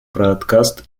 broadcast